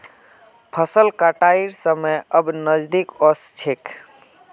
फसल कटाइर समय अब नजदीक ओस छोक